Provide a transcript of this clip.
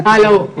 טוב, תודה.